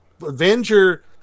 Avenger